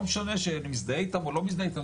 לא משנה שמזדהה איתם או לא מזדהה איתם,